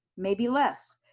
maybe less.